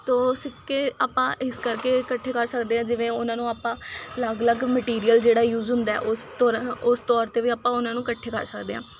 ਤੋ ਸਿੱਕੇ ਆਪਾਂ ਇਸ ਕਰਕੇ ਇਕੱਠੇ ਕਰ ਸਕਦੇ ਹਾਂ ਜਿਵੇਂ ਉਹਨਾਂ ਨੂੰ ਆਪਾਂ ਅਲੱਗ ਅਲੱਗ ਮਟੀਰੀਅਲ ਜਿਹੜਾ ਯੂਜ ਹੁੰਦਾ ਉਸ ਤੌਰ ਉਸ ਤੌਰ 'ਤੇ ਵੀ ਆਪਾਂ ਉਹਨਾਂ ਨੂੰ ਇਕੱਠੇ ਕਰ ਸਕਦੇ ਹਾਂ